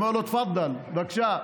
אמר לו: תפדל, בבקשה.